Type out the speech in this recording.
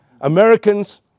Americans